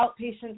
outpatient